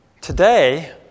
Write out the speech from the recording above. Today